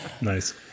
Nice